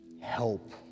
help